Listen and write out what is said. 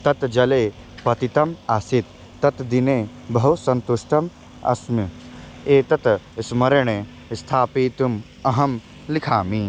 तत् जले पतितम् आसीत् तत् दिने बहु सन्तुष्टम् अस्मि एतत् स्मरणे स्थापयितुम् अहं लिखामि